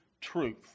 truth